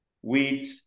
wheat